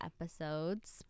episodes